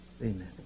amen